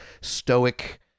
stoic